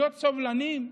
להיות סובלניים,